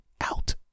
out